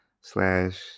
slash